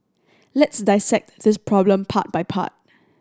let's dissect this problem part by part